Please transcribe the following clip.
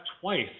twice